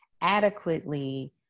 adequately